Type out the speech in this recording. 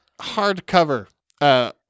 hardcover